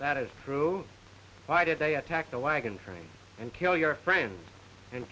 that is true why did they attack the wagon train and kill your friends and